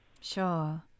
Sure